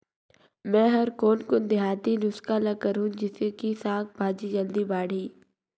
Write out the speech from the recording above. मै हर कोन कोन देहाती नुस्खा ल करहूं? जिसे कि साक भाजी जल्दी बाड़ही?